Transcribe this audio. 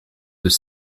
des